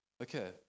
Okay